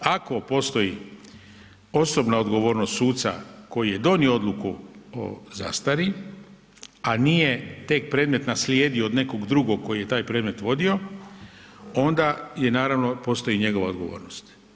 Ako postoji osobna odgovornost suca koji je donio odluku o zastari, a nije tek predmet naslijedio od nekog drugog koji je taj predmet vodio, onda je naravno postoji i njegova odgovornost.